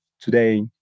today